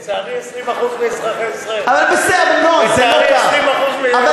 לצערי, 20% מאזרחי ישראל, 20% מאזרחי המדינה.